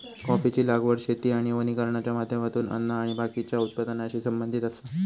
कॉफीची लागवड शेती आणि वानिकरणाच्या माध्यमातून अन्न आणि बाकीच्या उत्पादनाशी संबंधित आसा